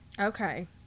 Okay